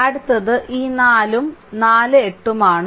അടുത്തത് ഈ 4 ഉം 48 ഉം ആണ്